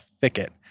thicket